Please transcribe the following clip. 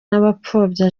n’abapfobya